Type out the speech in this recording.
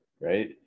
right